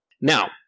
Now